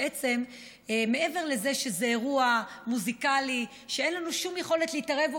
בעצם מעבר לזה שזה אירוע מוזיקלי שאין לנו שום יכולת להתערב בו,